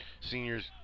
seniors